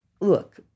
Look